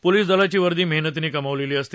police दलाची वर्दी मेहनतीने कमावलेली असते